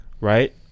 Right